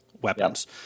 weapons